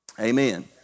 Amen